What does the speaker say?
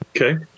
Okay